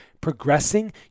progressing